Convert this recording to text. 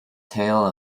tale